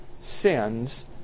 sins